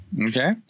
Okay